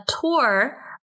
tour